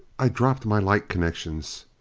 i dropped my light connections.